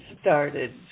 started